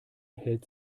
hält